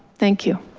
thank you.